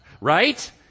right